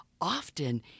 often